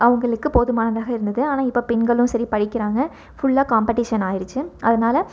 அவங்களுக்கு போதுமானதாக இருந்தது ஆனால் இப்போ பெண்களும் சரி படிக்கிறாங்க ஃபுல்லாக காம்பட்டேஷன் ஆகிடுச்சி அதனால்